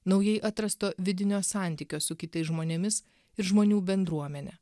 naujai atrasto vidinio santykio su kitais žmonėmis ir žmonių bendruomene